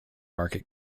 market